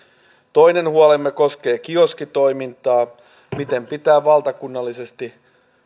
toinen huolemme koskee kioskitoimintaa miten pitää valtakunnallisesti